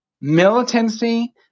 militancy